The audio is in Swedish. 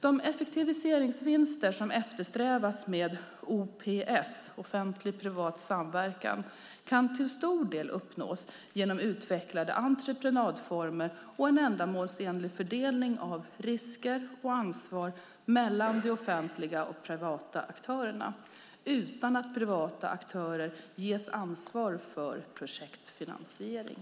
De effektiviseringsvinster som eftersträvas med OPS, offentlig-privat samverkan, kan till stor del uppnås genom utvecklade entreprenadformer och en ändamålsenlig fördelning av risker och ansvar mellan offentliga och privata aktörer utan att privata aktörer ges ansvar för projektfinansiering.